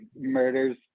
murders